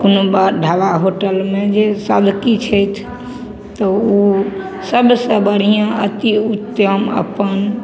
कोनो ढाबा होटलमे जे साधुकी छथि तऽ ओ सबसॅं बढ़िऑं अति उतम अपन